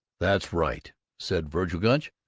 that's right, said vergil gunch.